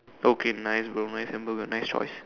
okay nice bro my sample got nice choice